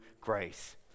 grace